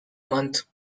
month